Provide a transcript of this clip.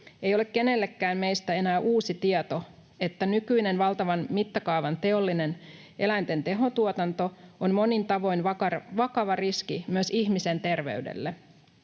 Ei ole kenellekään meistä enää uusi tieto, että nykyinen, valtavan mittakaavan teollinen eläinten tehotuotanto on monin tavoin vakava riski myös ihmisen terveydelle.